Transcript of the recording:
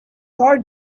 car